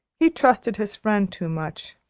he trusted his friend too much.